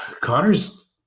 Connor's